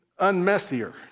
unmessier